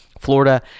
Florida